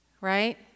right